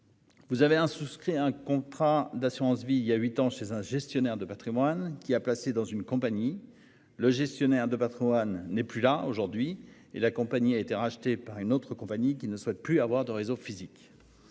Vous avez un souscrit un contrat d'assurance-vie il y a 8 ans chez un gestionnaire de Patrimoine qui a placé dans une compagnie. Le gestionnaire de Patrimoine n'est plus là aujourd'hui et la compagnie a été racheté par une autre compagnie qui ne souhaite plus avoir de réseau physique.